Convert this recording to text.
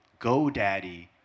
GoDaddy